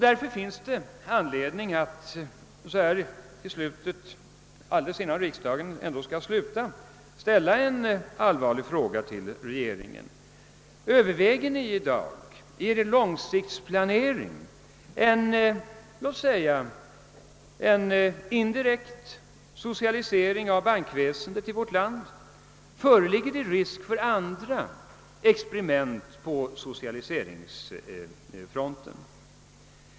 Därför finns det också anledning att just i slutet av vårriksdagen ställa en allvarlig fråga till regeringen: Överväger ni i dag i er långsiktsplanering låt oss säga en indirekt socialisering av bankväsendet i vårt land? Föreligger det risk för andra experiment på socialiseringsfronten?